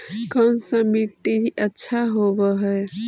कोन सा मिट्टी अच्छा होबहय?